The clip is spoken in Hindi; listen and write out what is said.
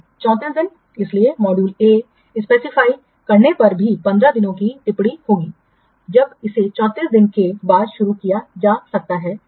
34 daysइसलिए मॉड्यूल ए निर्दिष्ट करने पर भी 15 दिनों की टिप्पणी होगी जब इसे 34 दिनों के बाद शुरू किया जा सकता है